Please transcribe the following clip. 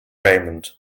raymond